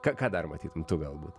ką ką dar matytum tu galbūt